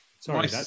sorry